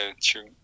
true